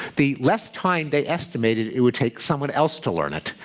the less time they estimated it would take someone else to learn it,